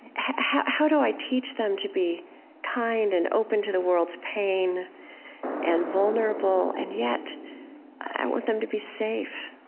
how how do i teach them to be kind and open to the world's pain and vulnerable? and yet i want them to be safe,